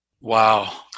Wow